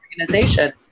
organization